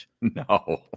No